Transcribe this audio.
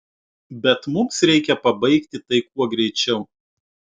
bet mums reikia pabaigti tai kuo greičiau